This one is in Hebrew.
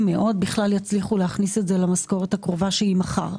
מאוד יצליחו להכניס את זה למשכורת הקרובה שהיא מחר.